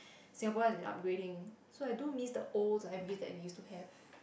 Singapore has been upgrading so I do miss the old libraries that we used to have